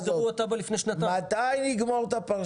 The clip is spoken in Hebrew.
אז אני אומר.